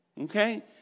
okay